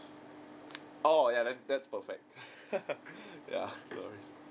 oh ya then that's perfect ya no worries